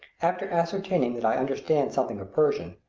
after ascertaining that i understand something of persian,